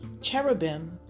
Cherubim